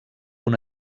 una